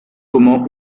como